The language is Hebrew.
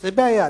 זאת בעיה,